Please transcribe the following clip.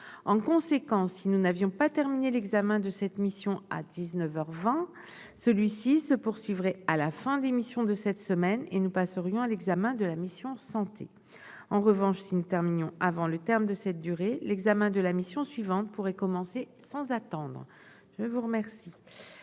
en conséquence, si nous n'avions pas terminé l'examen de cette mission à 19 heures 20, celui-ci se poursuivrait à la fin d'émission de cette semaine et nous passerions à l'examen de la mission santé en revanche, si nous terminions avant le terme de cette durée, l'examen de la mission suivante pourrait commencer sans attendre, je vous remercie